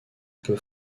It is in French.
peu